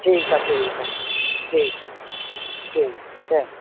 ठीकु आहे ठीकु आहे ठीकु आहे ठीकु चङो